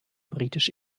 britisch